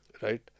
right